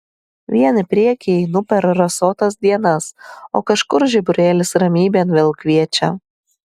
vien į priekį einu per rasotas dienas o kažkur žiburėlis ramybėn vėl kviečia